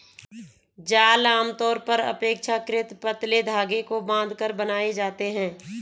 जाल आमतौर पर अपेक्षाकृत पतले धागे को बांधकर बनाए जाते हैं